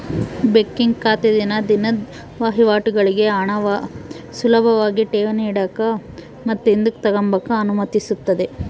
checking ಖಾತೆ ದಿನ ದಿನುದ್ ವಹಿವಾಟುಗುಳ್ಗೆ ಹಣಾನ ಸುಲುಭಾಗಿ ಠೇವಣಿ ಇಡಾಕ ಮತ್ತೆ ಹಿಂದುಕ್ ತಗಂಬಕ ಅನುಮತಿಸ್ತತೆ